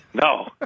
No